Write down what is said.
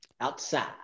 Outside